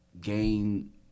gain